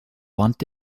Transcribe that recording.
want